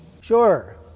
Sure